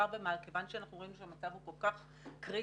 מכיוון שאנחנו רואים שהמצב הוא כל כך קריטי,